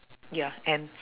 ya end